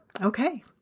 Okay